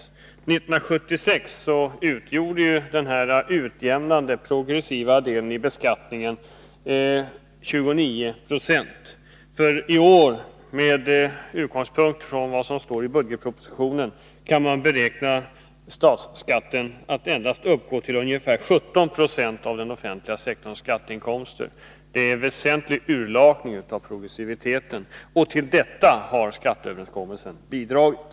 År 1976 utgjorde den progressiva delen av beskattningen 29 96. Med utgångspunkt från vad som står i budgetpropositionen kan den offentliga sektorns skatteinkomster i år beräknas uppgå till endast ungefär 17 Jo. Det innebär att det blir en väsentlig urlakning av progressiviteten, och till detta har skatteöverenskommelsen bidragit.